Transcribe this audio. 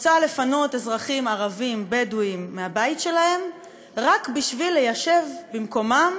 רוצה לפנות אזרחים ערבים בדואים מהבית שלהם רק בשביל ליישב במקומם,